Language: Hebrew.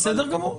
בסדר גמור.